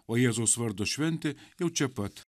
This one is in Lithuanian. o jėzaus vardo šventė jau čia pat